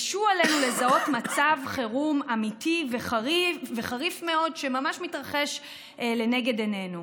הקשו עלינו לזהות מצב חירום אמיתי וחריף מאוד שממש מתרחש לנגד עינינו.